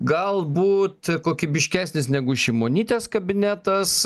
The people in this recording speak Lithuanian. galbūt kokybiškesnis negu šimonytės kabinetas